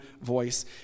voice